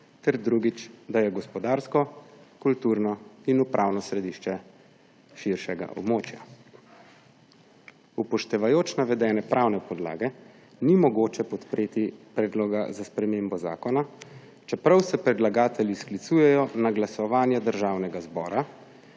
ter drugič, je gospodarsko, kulturno in upravno središče širšega območja. Upoštevajoč navedene pravne podlage ni mogoče podpreti predloga za spremembo zakona, čeprav se predlagatelji sklicujejo na glasovanje državnega zbora,